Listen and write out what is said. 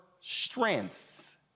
strengths